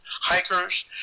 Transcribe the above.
hikers